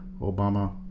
Obama